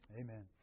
Amen